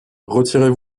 retirez